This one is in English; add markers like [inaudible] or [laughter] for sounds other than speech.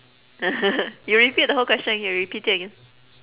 [laughs] you repeat the whole question again repeat it again